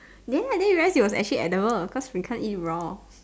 ya then you realise it was actually edible cause we can't eat it raw